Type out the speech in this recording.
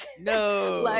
No